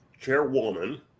Chairwoman